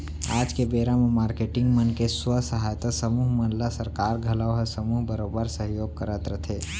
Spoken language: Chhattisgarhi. आज के बेरा म मारकेटिंग मन के स्व सहायता समूह मन ल सरकार घलौ ह समूह बरोबर सहयोग करत रथे